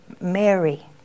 Mary